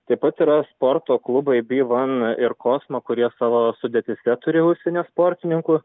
taip pat yra sporto klubai by van ir kosmo kurie savo sudėtyse turi užsienio sportininkų